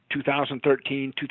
2013